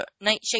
nightshade